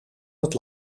het